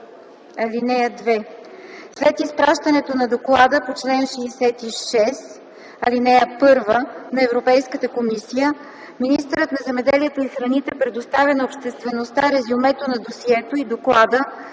(2) След изпращането на доклада по чл. 66, ал. 1 на Европейската комисия министърът на земеделието и храните предоставя на обществеността резюмето на досието и доклада